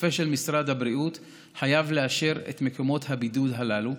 רופא של משרד הבריאות חייב לאשר את מקומות הבידוד הללו.